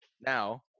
now